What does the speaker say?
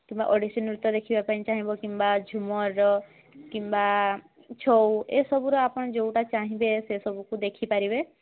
କିମ୍ବା ଓଡ଼ିଶୀ ନୃତ୍ୟ ଦେଖିବାପାଇଁ ଚାହିଁବ କିମ୍ବା ଝୁମର କିମ୍ବା ଛଉ ଏସବୁରୁ ଆପଣ ଯେଉଁଟା ଚାହିଁବେ ସେସବୁକୁ ଦେଖିପାରିବେ